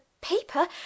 paper